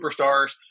superstars